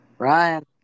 Ryan